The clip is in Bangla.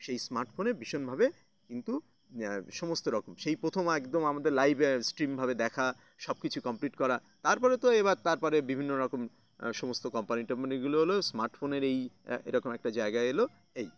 সেই স্মার্টফোনে ভীষণভাবে কিন্তু সমস্ত রকম সেই প্রথমে একদম আমাদের লাইভ স্ট্রিমভাবে দেখা সব কিছু কমপ্লিট করা তারপরে তো এবার তারপরে বিভিন্ন রকম সমস্ত কম্পানি টম্পানিগুলো হল স্মার্টফোনের এই এরকম একটা জায়গা এলো এই